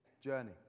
journey